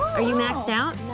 are you maxed out?